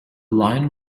line